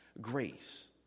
grace